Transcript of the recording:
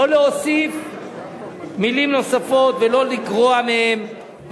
לא להוסיף מלים נוספות ולא לגרוע מהן.